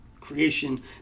creation